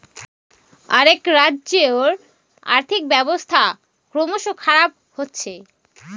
অ্দেআক রাজ্যের আর্থিক ব্যবস্থা ক্রমস খারাপ হচ্ছে